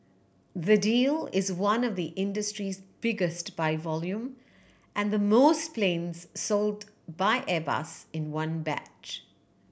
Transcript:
the deal is one of the industry's biggest by volume and the most planes sold by Airbus in one batch